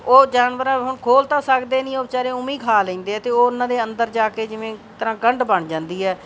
ਉਹ ਜਾਨਵਰ ਹੁਣ ਖੋਲ੍ਹ ਤਾਂ ਸਕਦੇ ਨਹੀਂ ਉਹ ਵਿਚਾਰੇ ਉਵੇਂ ਹੀ ਖਾ ਲੈਂਦੇ ਹੈ ਅਤੇ ਉਹ ਉਹਨਾਂ ਦੇ ਅੰਦਰ ਜਾ ਕੇ ਜਿਵੇਂ ਇੱਕ ਤਰ੍ਹਾਂ ਗੰਢ ਬਣ ਜਾਂਦੀ ਹੈ